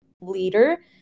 leader